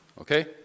okay